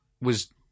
was-